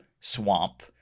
swamp